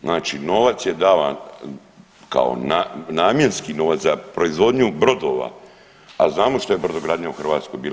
Znači, novac je davan kao namjenski novac za proizvodnju brodova, a znamo što je brodogradnja u Hrvatskoj bila.